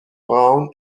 browne